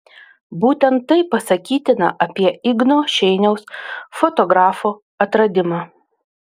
būtent tai pasakytina apie igno šeiniaus fotografo atradimą